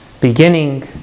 beginning